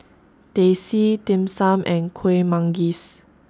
Teh C Dim Sum and Kuih Manggis